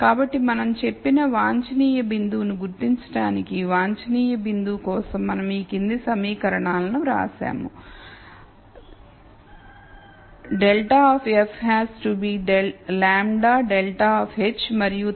కాబట్టి మనం చెప్పిన వాంఛనీయ బిందువును గుర్తించడానికి వాంఛనీయ బిందువు కోసం మనం ఈ క్రింది సమీకరణాలను వ్రాసాము ∇of f has to be λ ∇of h మరియు తరువాత h of x 0